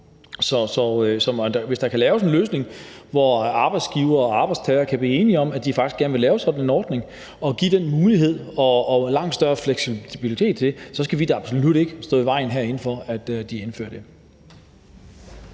Så hvis der kan laves en løsning, hvor arbejdsgivere og arbejdstagere kan blive enige om, at de faktisk gerne vil lave sådan en ordning og give forældrene den mulighed og en langt større fleksibilitet, så skal vi da absolut ikke herinde stå i vejen for, at de indfører det.